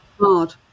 hard